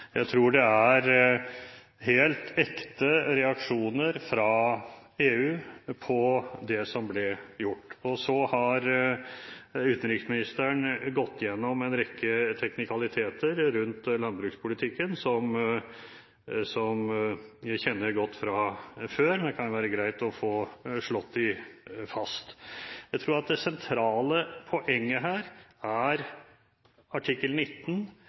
jeg tror det er helt ekte reaksjoner fra EU på det som ble gjort. Så har utenriksministeren gått igjennom en rekke teknikaliteter rundt landbrukspolitikken som jeg kjenner godt fra før, men det kan jo være greit å få slått dem fast. Jeg tror at det sentrale poenget her er artikkel 19